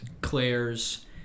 Claire's